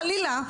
חלילה,